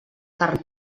carn